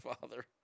father